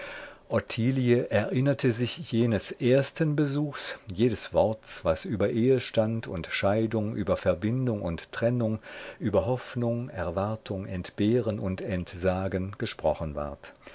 erinnerte sich jenes ersten besuchs jedes worts was über ehestand und scheidung über verbindung und trennung über hoffnung erwartung entbehren und entsagen gesprochen ward